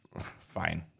Fine